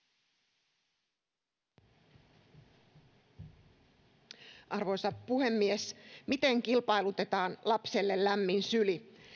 arvoisa puhemies miten kilpailutetaan lapselle lämmin syli